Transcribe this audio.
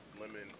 Lemon